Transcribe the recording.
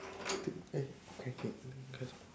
okay okay press